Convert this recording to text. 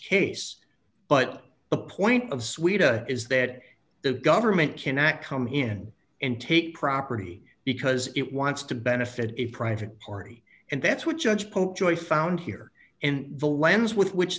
case but the point of suite a is that the government cannot come in and take property because it wants to benefit a private party and that's what judge popejoy found here in the lens with which